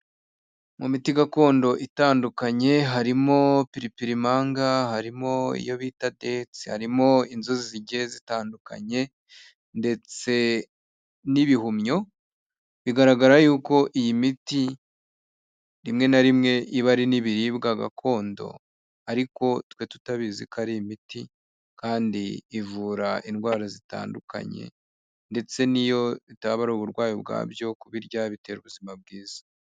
Mu miti gakondo itandukanye harimo piripirimanga , harimo iyo bita detsi , harimo inzuzi zitandukanye ndetse n'ibihumyo . Bigaragara yuko iyi miti rimwe na rimwe iba ari ni ibiribwa gakondo ariko twe tutabizi ko ari imiti . Kandi ivura indwara zitandukanye ndetse n'iyo itaba ari uburwayi, ubwabyo kubirya bitera ubuzima bwiza .